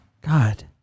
God